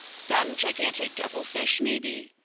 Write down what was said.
some gigantic devilfish maybe?